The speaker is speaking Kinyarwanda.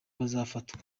bazafatwa